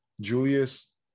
Julius